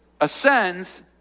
ascends